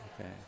Okay